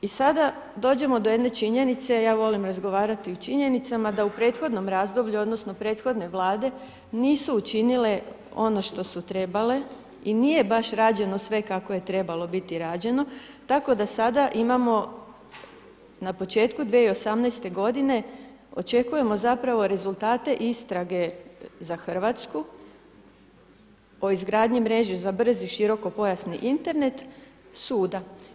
I sada dođemo do jedne činjenice, ja volim razgovarati o činjenicama da u prethodnom razdoblju, odnosno prethodne Vlade nisu učinile ono što su trebale i nije baš rađeno sve kako je trebalo biti rađeno, tako da sada imamo na početku 2018. godine očekujemo zapravo rezultate istrage za Hrvatsku o izgradnji mreže za brzi širokopojasni Internet suda.